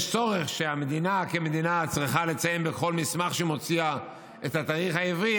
ויש צורך שהמדינה כמדינה תציין בכל מסמך שהיא מוציאה את התאריך העברי,